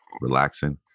relaxing